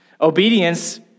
Obedience